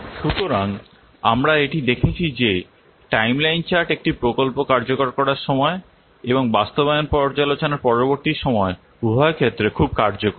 সুতরাং আমরা এটি দেখেছি যে টাইমলাইন চার্ট একটি প্রকল্প কার্যকর করার সময় এবং বাস্তবায়ন পর্যালোচনার পরবর্তী সময় উভয় ক্ষেত্রে খুব কার্যকর